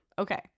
Okay